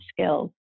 skills